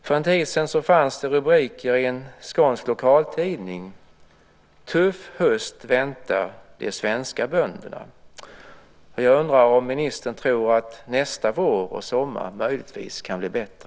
För en tid sedan fanns följande rubrik i en skånsk lokaltidning: Tuff höst väntar de svenska bönderna. Jag undrar om ministern tror att nästa vår och sommar möjligtvis kan bli bättre?